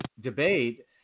debate